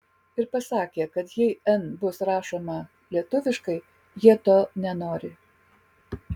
ir pasakė kad jei n bus rašoma lietuviškai jie to nenori